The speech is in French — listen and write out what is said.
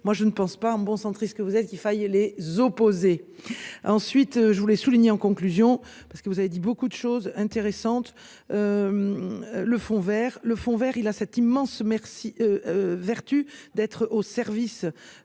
Moi je ne pense pas en bon centriste que vous êtes qu'il faille les opposer. Ensuite je voulais souligner. En conclusion, parce que vous avez dit beaucoup de choses intéressantes. Le fonds vers le fond Vert il a cet immense merci. Vertu d'être au service.